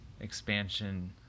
expansion